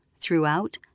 Throughout